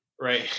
Right